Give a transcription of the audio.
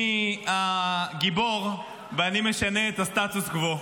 אני הגיבור, ואני משנה את הסטטוס-קוו.